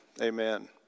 amen